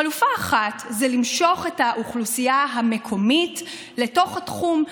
חלופה אחת היא למשוך את האוכלוסייה המקומית לתוך תחום,